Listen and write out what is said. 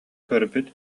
көрбүт